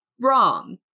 wrong